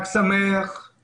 חבר מועצת העיר נתניה משנת 2013,